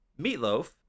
meatloaf